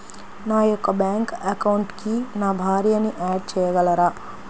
నా యొక్క బ్యాంక్ అకౌంట్కి నా భార్యని యాడ్ చేయగలరా?